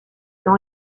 dans